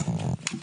אוקי.